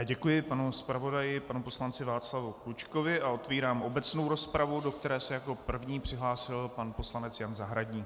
Děkuji panu zpravodaji, panu poslanci Václavu Klučkovi, a otvírám obecnou rozpravu, do které se jako první přihlásil pan poslanec Jan Zahradník.